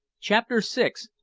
chapter six.